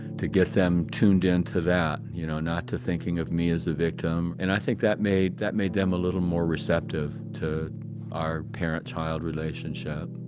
to get them tuned into that, and you know not to thinking of me as a victim. and i think that, that made them a little more receptive to our parent child relationship